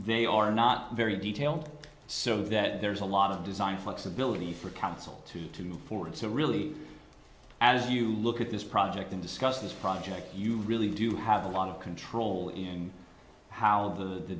they are not very detailed so that there's a lot of design flexibility for council to to look forward to really as you look at this project and discuss this project you really do have a lot of control in how the